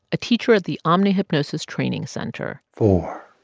a teacher at the omni hypnosis training center four.